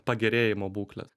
pagerėjimo būklės